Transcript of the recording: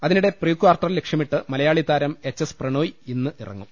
അതിനിടെ പ്രീകാർട്ടർ ലക്ഷ്യ മിട്ട് മലയാളിതാരം എച്ച് എസ് പ്രണോയ് ഇന്ന് ഇറങ്ങും